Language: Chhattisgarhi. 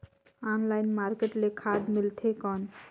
ऑनलाइन मार्केट ले खाद मिलथे कौन?